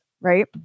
Right